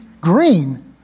Green